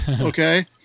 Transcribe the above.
okay